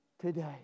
today